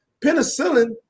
Penicillin